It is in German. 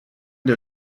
der